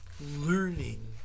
learning